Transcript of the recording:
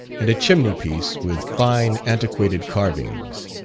and a chimney-piece with fine antiquated carvings,